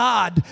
God